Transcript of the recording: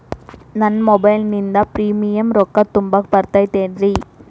ನಾನು ಮೊಬೈಲಿನಿಂದ್ ಪ್ರೇಮಿಯಂ ರೊಕ್ಕಾ ತುಂಬಾಕ್ ಬರತೈತೇನ್ರೇ?